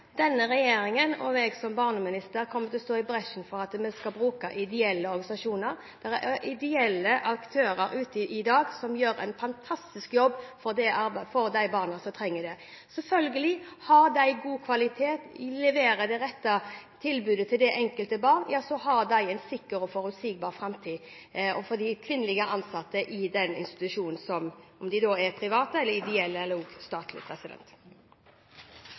Denne regjeringen – og jeg som barneminister – kommer til å gå i bresjen for at vi skal bruke ideelle organisasjoner. Det er ideelle aktører i dag som gjør en fantastisk jobb for de barna som trenger det. Selvfølgelig: Har de god kvalitet, leverer det rette tilbudet til det enkelte barn, ja så har også de kvinnelige ansatte i institusjonen – om den er privat, ideell eller statlig – en sikker og forutsigbar framtid. Karin Andersen – til oppfølgingsspørsmål. Det er hjemmet til de